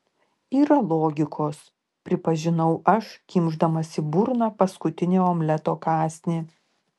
yra logikos pripažinau aš kimšdamas į burną paskutinį omleto kąsnį